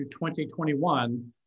2021